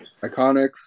Iconics